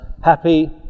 happy